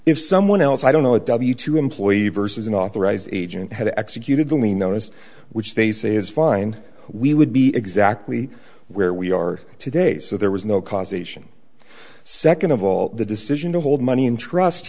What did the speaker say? if someone else i don't know if you two employee versus an authorized agent had executed only known as which they say is fine we would be exactly where we are today so there was no causation second of all the decision to hold money in trust